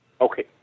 Okay